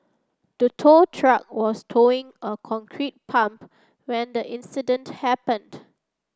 the tow truck was towing a concrete pump when the incident happened